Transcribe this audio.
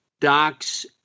docs